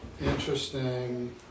interesting